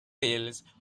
veils